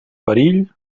perill